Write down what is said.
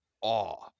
awe